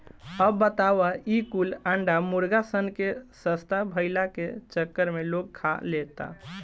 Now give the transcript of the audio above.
अब बताव ई कुल अंडा मुर्गा सन के सस्ता भईला के चक्कर में लोग खा लेता